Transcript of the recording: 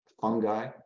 fungi